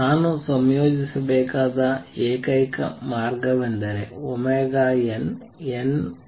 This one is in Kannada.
ನಾನು ಸಂಯೋಜಿಸಬೇಕಾದ ಏಕೈಕ ಮಾರ್ಗವೆಂದರೆ nn α β